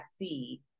see